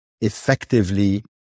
effectively